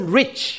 rich